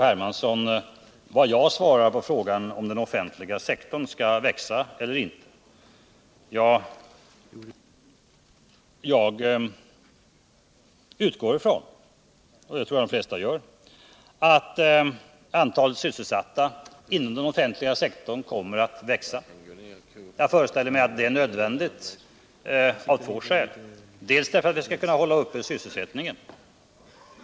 Hermansson frågar vad jag svarar på frågan, huruvida den offentliga sektorn skall växa eller inte. Jag utgår, liksom de flesta gör, från att antalet sysselsatta inom den offentliga sektorn kommer att växa. Jag föreställer mig att det är nödvändigt för att sysselsättningen skall kunna upprätthållas.